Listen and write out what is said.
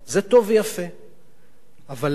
אבל למה רק לחרדים?